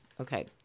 Okay